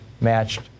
matched